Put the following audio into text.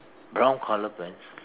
brown colour pants